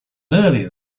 earlier